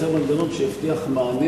בתנאי שתהיה מתואמת עם הצעת החוק הממשלתית.